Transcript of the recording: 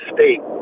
State